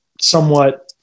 somewhat